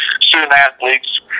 student-athletes